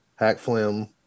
Hackflim